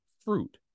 fruit